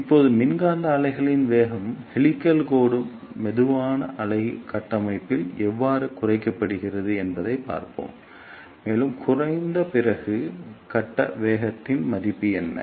இப்போது மின்காந்த அலைகளின் வேகம் ஹெலிகல் கோடு மெதுவான அலை கட்டமைப்பில் எவ்வாறு குறைக்கப்படுகிறது என்பதைப் பார்ப்போம் மேலும் குறைந்த பிறகு கட்ட வேகத்தின் மதிப்பு என்ன